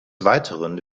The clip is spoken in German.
weiteren